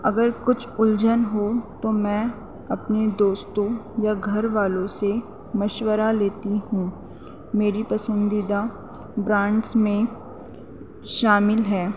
اگر کچھ الجھن ہو تو میں اپنے دوستوں یا گھر والوں سے مشورہ لیتی ہوں میری پسندیدہ برانڈس میں شامل ہے